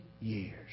years